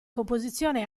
composizione